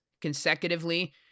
consecutively